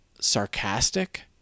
sarcastic